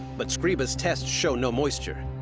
but scriba's test show no moisture.